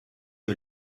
que